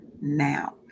now